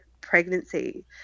pregnancy